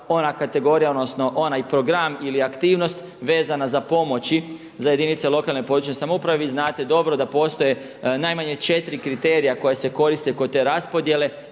ona kategorija odnosno onaj program ili aktivnost vezana za pomoći za jedinice lokalne i područne samouprave. Vi znate dobro da postoje najmanje četiri kriterija koja se koristi kod te raspodjele,